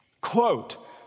Quote